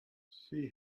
she